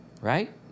Right